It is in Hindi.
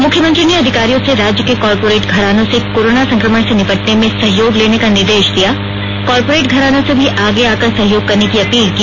मुख्यमंत्री ने अधिकारियों से राज्य के कॉरपोरेट घरानों से कोरोना संक्रमण से निपटने में सहयोग लेने का निर्देश दिया कॉरपोरेट घरानों से भी आगे आकर सहयोग करने की अपील की